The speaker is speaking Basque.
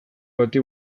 bati